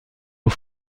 aux